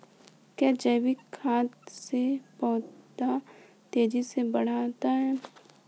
क्या जैविक खाद से पौधा तेजी से बढ़ता है?